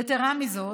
יתרה מזאת,